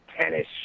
tennis